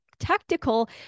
tactical